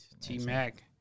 T-Mac